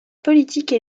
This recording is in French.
politique